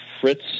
Fritz